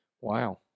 Wow